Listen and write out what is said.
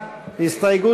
הרצוג,